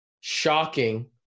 shocking